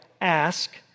Ask